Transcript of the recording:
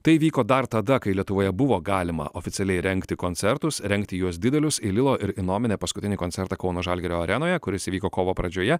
tai įvyko dar tada kai lietuvoje buvo galima oficialiai rengti koncertus rengti juos didelius į lilo ir innomine paskutinį koncertą kauno žalgirio arenoje kuris įvyko kovo pradžioje